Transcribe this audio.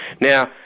Now